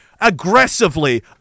aggressively